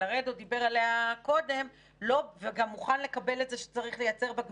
שלרדו דיבר עליה קודם וגם מוכן לקבל את זה שצריך לייצר בה גמישויות,